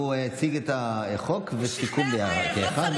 הוא הציג את החוק וסיכמו כאחד,